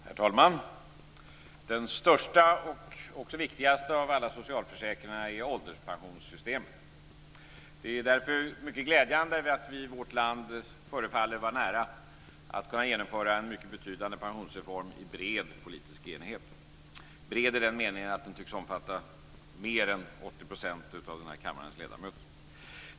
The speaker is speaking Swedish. Herr talman! Den största och också viktigaste av alla socialförsäkringar är ålderspensionssystemet. Det är därför mycket glädjande att vi i vårt land förefaller vara nära att kunna genomföra en mycket betydande pensionsreform i bred politisk enighet, bred i den meningen att den tycks omfatta mer är 80 % av kammarens ledamöter.